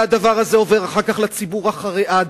והדבר הזה עובר אחר כך לציבור הדתי-לאומי,